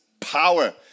power